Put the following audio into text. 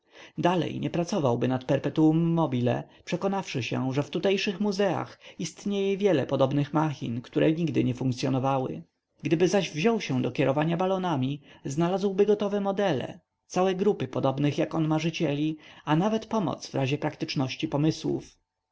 dalej nie pracowałby nad perpetuum mobile przekonawszy się że w tutejszych muzeach istnieje wiele podobnych machin które nigdy nie funkcyonowały gdyby zaś wziął się do kierowania balonami znalazłby gotowe modele całe grupy podobnych jak on marzycieli a nawet pomoc w razie praktyczności pomysłów